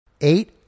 eight